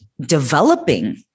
developing